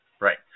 Right